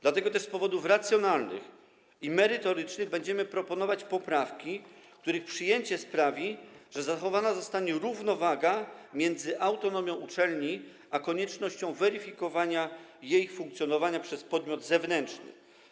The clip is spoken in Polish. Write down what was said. Dlatego też z powodów racjonalnych i merytorycznych będziemy proponować poprawki, których przyjęcie sprawi, że zachowana zostanie równowaga między autonomią uczelni a koniecznością weryfikowania jej funkcjonowania przez podmiot zewnętrzny.